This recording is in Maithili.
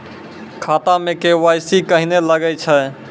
खाता मे के.वाई.सी कहिने लगय छै?